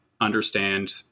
understand